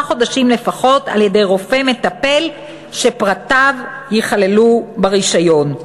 חודשים לפחות על-ידי רופא מטפל שפרטיו ייכללו ברישיון.